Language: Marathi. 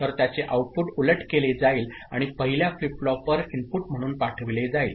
तर त्याचे आउटपुट उलट केले जाईल आणि पहिल्या फ्लिप फ्लॉपवर इनपुट म्हणून पाठविले जाईल